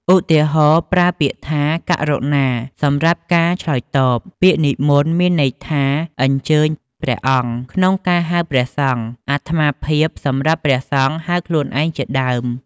ឧទាហរណ៍ ប្រើពាក្យថា "ករុណា" សម្រាប់ការឆ្លើយតប ពាក្យ"និមន្ត" មានន័យថា អញ្ជើញ "ព្រះអង្គ" ក្នុងការហៅព្រះសង្ឃ "អាត្មាភាព" សម្រាប់ព្រះសង្ឃហៅខ្លួនឯង ជាដើម។